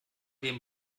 dem